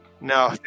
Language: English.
No